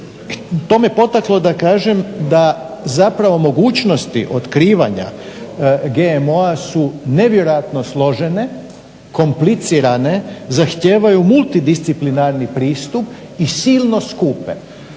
to me potaklo da kažem da mogućnosti otkrivanja GMO-a su nevjerojatno složene, komplicirane, zahtijevaju multidisciplinarni pristup i silno skupe.